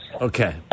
Okay